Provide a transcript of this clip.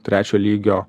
trečio lygio